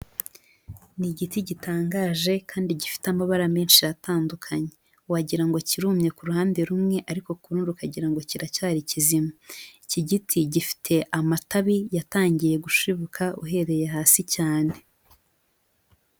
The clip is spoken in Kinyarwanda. Ni igiti gitangaje, kandi gifite amabara menshi atandukanye. Wagira ngo kirumye ku ruhande rumwe, ariko ku rundi ukagira ngo kiracyari kizima. Iki giti gifite amatabi yatangiye gushibuka uhereye hasi cyane.